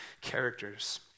characters